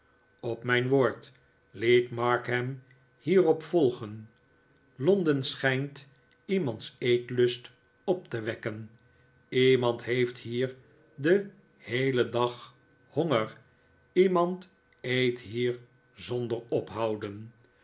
op mijn woord liet markham hierop volgen londen schijnt iemands eetlust op te wekken iemand heeft hier den heelen dag honger iemand eet hier zonder ophouden